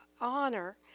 honor